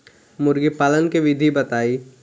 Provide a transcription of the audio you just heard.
मुर्गीपालन के विधी बताई?